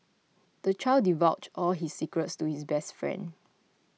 the child divulged all his secrets to his best friend